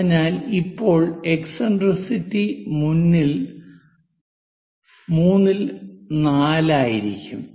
അതിനാൽ ഇപ്പോൾ എക്സിൻട്രിസിറ്റി മൂന്നിൽ നാലായിരിക്കും 34